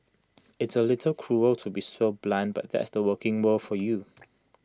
i's A little cruel to be so blunt but that's the working world for you